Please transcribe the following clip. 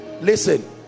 listen